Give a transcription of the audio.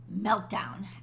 Meltdown